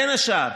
בין השאר